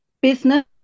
Business